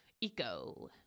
eco